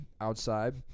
outside